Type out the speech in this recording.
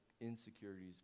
insecurities